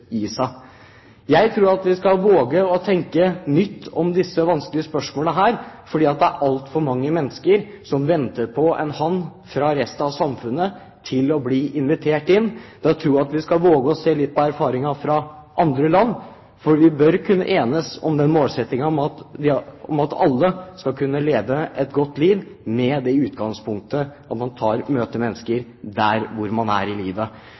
seg. Jeg tror at vi skal våge å tenke nytt om disse vanskelige spørsmålene, for det er altfor mange mennesker som venter på en hånd fra resten av samfunnet for å bli invitert inn. Jeg tror at vi skal våge å se litt på erfaringene fra andre land, for vi bør kunne enes om den målsettingen at alle skal kunne leve et godt liv med det utgangspunktet at man møter mennesker der hvor man er i livet.